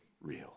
real